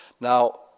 Now